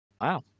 Wow